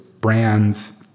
brands